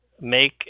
make